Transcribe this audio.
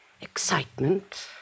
Excitement